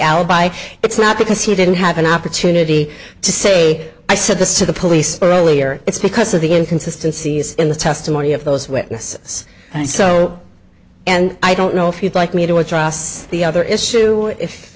alibi it's not because he didn't have an opportunity to say i said the said the police earlier it's because of the inconsistency in the testimony of those witnesses and so and i don't know if you'd like me to address the other issue if